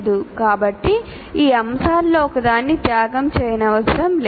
కాబట్టి ఈ అంశాలలో ఒకదాన్ని త్యాగం చేయనవసరం లేదు